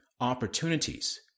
opportunities